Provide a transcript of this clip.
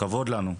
כבוד לנו.